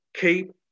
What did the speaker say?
keep